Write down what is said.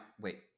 Wait